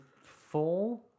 four